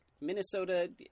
Minnesota